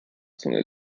zunge